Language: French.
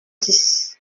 dix